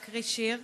להקריא שיר